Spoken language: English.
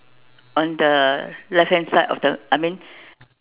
on the left hand side of the I mean